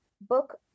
book